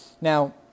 Now